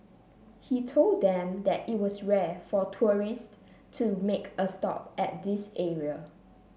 he told them that it was rare for tourists to make a stop at this area